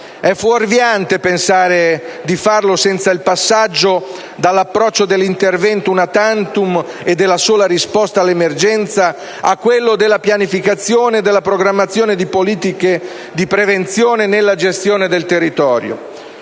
è fuorviante pensare di farlo senza il passaggio dall'approccio dell'intervento *una tantum* e della sola risposta all'emergenza a quello della pianificazione e della programmazione di politiche di prevenzione nella gestione del territorio.